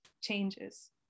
changes